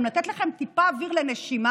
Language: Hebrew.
גם לתת לכם טיפה אוויר לנשימה,